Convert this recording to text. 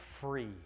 free